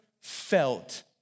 felt